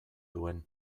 duen